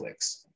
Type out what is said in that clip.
Netflix